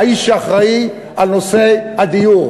האיש שאחראי לנושא הדיור.